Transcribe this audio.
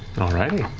matt all righty.